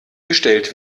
gestellt